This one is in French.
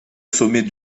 sommet